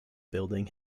building